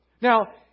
Now